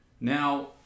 Now